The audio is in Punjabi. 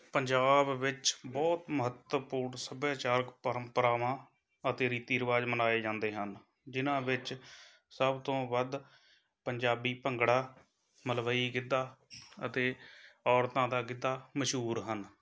ਪੰਜਾਬ ਵਿੱਚ ਬਹੁਤ ਮਹੱਤਵਪੂਰਨ ਸੱਭਿਆਚਾਰਕ ਪਰੰਪਰਾਵਾਂ ਅਤੇ ਰੀਤੀ ਰਿਵਾਜ਼ ਮਨਾਏ ਜਾਂਦੇ ਹਨ ਜਿਨਾਂ ਵਿੱਚ ਸਭ ਤੋਂ ਵੱਧ ਪੰਜਾਬੀ ਭੰਗੜਾ ਮਲਵਈ ਗਿੱਧਾ ਅਤੇ ਔਰਤਾਂ ਦਾ ਗਿੱਧਾ ਮਸ਼ਹੂਰ ਹਨ